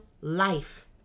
life